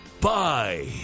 Bye